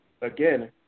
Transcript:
again